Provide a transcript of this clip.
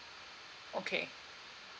okay